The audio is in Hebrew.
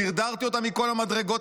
דרדרתי אותן מכל המדרגות.